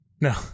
No